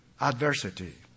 adversity